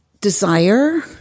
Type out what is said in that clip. desire